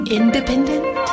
independent